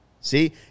See